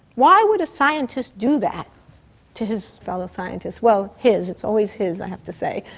why would a scientist do that to his fellow scientists? well his, it's always his i have to say,